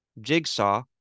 Jigsaw